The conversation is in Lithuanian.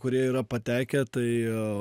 kurie yra patekę tai